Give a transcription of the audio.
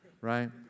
Right